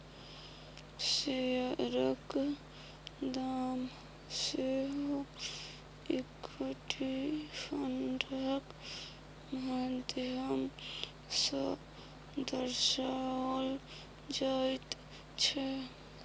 शेयरक दाम सेहो इक्विटी फंडक माध्यम सँ दर्शाओल जाइत छै